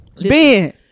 Ben